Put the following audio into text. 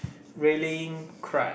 rallying cry